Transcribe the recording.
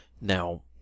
Now